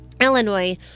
Illinois